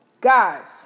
guys